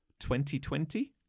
2020